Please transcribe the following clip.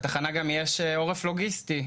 בתחנה יש גם עורף לוגיסטי,